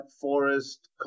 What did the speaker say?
forest